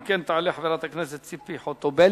אם כן, תעלה חברת הכנסת ציפי חוטובלי,